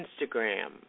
Instagram